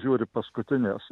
žiūri paskutinės